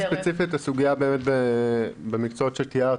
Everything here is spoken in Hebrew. ספציפית הסוגיה באמת במקצועות שתיארת,